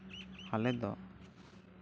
ᱟᱞᱮ ᱫᱚ